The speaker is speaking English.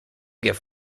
give